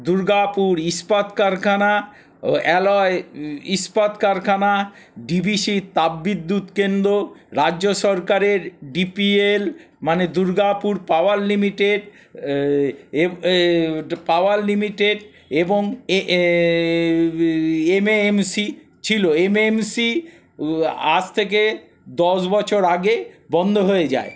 দুর্গাপুর ইস্পাত কারখানা ও অ্যালয় ইস্পাত কারখানা ডিভিসির তাপবিদ্যুৎ কেন্দ্র রাজ্য সরকারের ডিপিএল মানে দুর্গাপুর পাওয়ার লিমিটেড পাওয়ার লিমিটেড এবং এমএএমসি ছিল এমএএমসি আজ থেকে দশ বছর আগে বন্ধ হয়ে যায়